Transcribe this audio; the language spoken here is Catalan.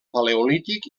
paleolític